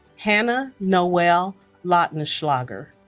hannah noel lautenschlager